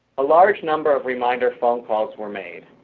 a large number of reminder phone calls were made,